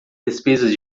despesas